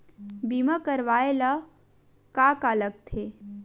बीमा करवाय ला का का लगथे?